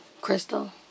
Crystal